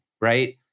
Right